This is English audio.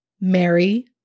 Mary